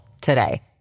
today